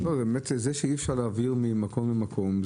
זה שאי אפשר להעביר ממקום למקום,